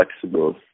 flexible